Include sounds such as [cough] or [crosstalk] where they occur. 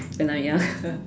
then like ya [laughs]